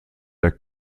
der